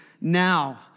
now